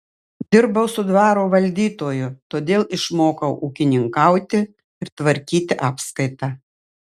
dirbau su dvaro valdytoju todėl išmokau ūkininkauti ir tvarkyti apskaitą